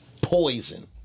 poison